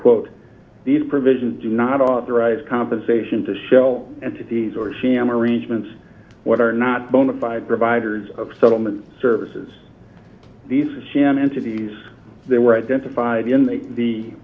quote these provisions do not authorize compensation to show entities or sham arrangements what are not bona fide providers of settlement services these sham entities that were identified in the